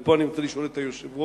ופה אני רוצה לשאול את היושב-ראש,